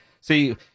see